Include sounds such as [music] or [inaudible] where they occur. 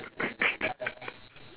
[laughs]